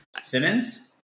Simmons